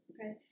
Okay